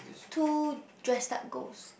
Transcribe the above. two dressed up ghost